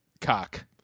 cock